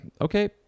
Okay